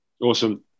awesome